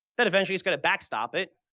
that eventually is going to backstop it